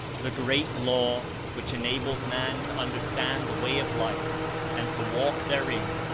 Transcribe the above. the great law, which enables man to understand the way of life and to walk therein,